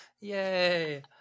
Yay